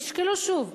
תשקלו שוב.